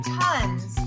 tons